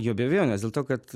jo be abejonės dėl to kad